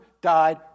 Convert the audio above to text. died